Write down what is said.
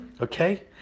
okay